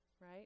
right